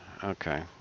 Okay